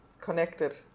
connected